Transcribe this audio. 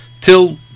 till